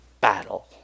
battle